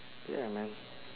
ya man